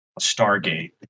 stargate